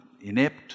inept